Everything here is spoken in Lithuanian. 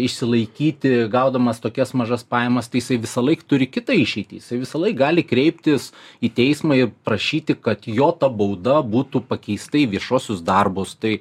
išsilaikyti gaudamas tokias mažas pajamas tai jisai visąlaik turi kitą išeitį jis tai visąlaik gali kreiptis į teismą ir prašyti kad jo ta bauda būtų pakeista į viešuosius darbus tai